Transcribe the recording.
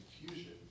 confusion